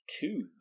two